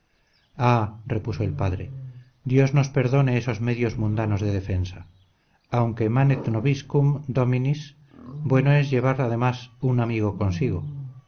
ah repuso el padre dios nos perdone esos medios mundanos de defensa aunque manet nobiscum dominis bueno es llevar además un amigo consigo